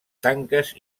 tanques